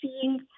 seeing